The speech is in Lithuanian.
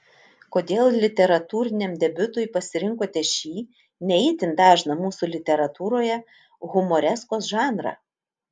kodėl literatūriniam debiutui pasirinkote šį ne itin dažną mūsų literatūroje humoreskos žanrą